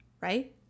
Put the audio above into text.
right